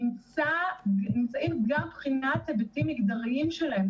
נמצאים גם בחינת היבטים מגדריים שלהם,